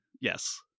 yes